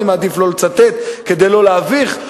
ואני מעדיף שלא לצטט כדי לא להביך,